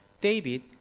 David